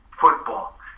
football